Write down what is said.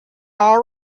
all